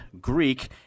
Greek